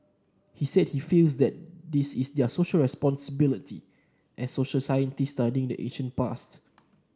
he said he feels that this is their Social Responsibility as social scientists studying the ancient past